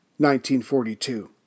1942